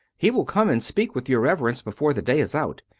he will come and speak with your reverence before the day is out.